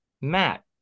Matt